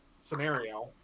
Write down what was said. scenario